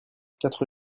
quatre